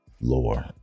lore